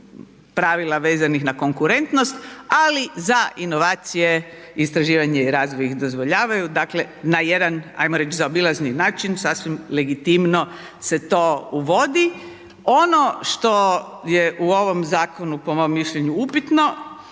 pravila vezanih na konkurentnost ali za inovacije istraživanje i razvoj ih dozvoljavaju dakle, na jedan, ajmo reći, zaobilazni način sasvim legitimno se to uvodi. Ono što je u ovom zakonu po mom mišljenju upitno